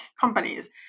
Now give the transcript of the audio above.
companies